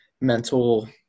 mental